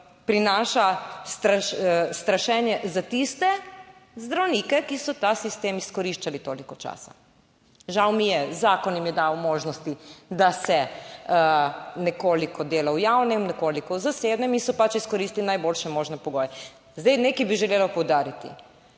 prinaša strašenje za tiste zdravnike, ki so ta sistem izkoriščali toliko časa. Žal mi je, zakon jim je dal možnosti, da se nekoliko dela v javnem, nekoliko v zasebnem in so pač izkoristili najboljše možne pogoje. Zdaj, nekaj bi želela poudariti.